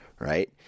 Right